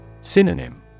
Synonym